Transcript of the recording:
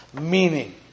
Meaning